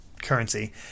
currency